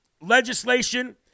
legislation